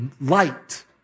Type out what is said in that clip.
light